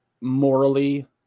morally